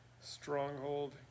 stronghold